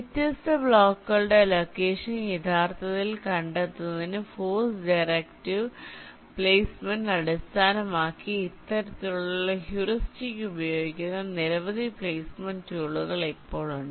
വ്യത്യസ്ത ബ്ലോക്കുകളുടെ ലൊക്കേഷൻ യഥാർത്ഥത്തിൽ കണ്ടെത്തുന്നതിന് ഫോഴ്സ് ഡയറക്റ്റീവ് പ്ലെയ്സ്മെന്റ് അടിസ്ഥാനമാക്കി ഇത്തരത്തിലുള്ള ഹ്യൂറിസ്റ്റിക് ഉപയോഗിക്കുന്ന നിരവധി പ്ലെയ്സ്മെന്റ് ടൂളുകൾ ഇപ്പോൾ ഉണ്ട്